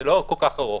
זה לא כל כך ארוך.